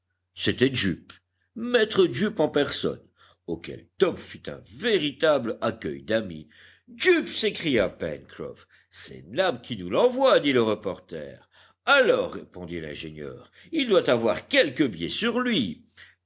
c'était jup maître jup en personne auquel top fit un véritable accueil d'ami jup s'écria pencroff c'est nab qui nous l'envoie dit le reporter alors répondit l'ingénieur il doit avoir quelque billet sur lui